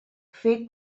fer